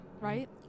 Right